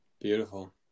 Beautiful